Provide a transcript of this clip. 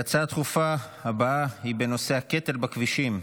ההצעות הדחופות הבאות הן בנושא הקטל בכבישים: